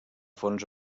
fons